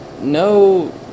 No